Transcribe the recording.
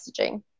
messaging